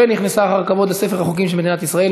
ונכנסה אחר כבוד לספר החוקים של מדינת ישראל.